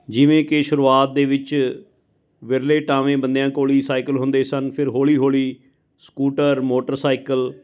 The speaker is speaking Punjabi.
ਜਿਵੇਂ ਕਿ ਸ਼ੁਰੂਆਤ ਦੇ ਵਿੱਚ ਵਿਰਲੇ ਟਾਵੇਂ ਬੰਦਿਆਂ ਕੋਲ ਹੀ ਸਾਈਕਲ ਹੁੰਦੇ ਸਨ ਫਿਰ ਹੌਲੀ ਹੌਲੀ ਸਕੂਟਰ ਮੋਟਰਸਾਈਕਲ